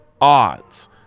odds